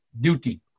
duty